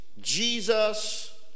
Jesus